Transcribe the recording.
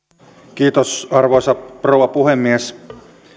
arvoisa rouva puhemies